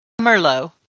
Merlot